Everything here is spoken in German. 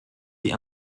die